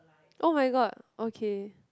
[oh]-my-god okay